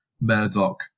Murdoch